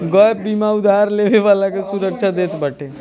gap बीमा उधार लेवे वाला के सुरक्षा देत बाटे